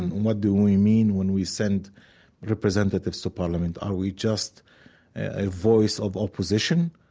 what do we mean when we send representatives to parliament? are we just a voice of opposition,